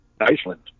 iceland